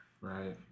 right